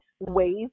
ways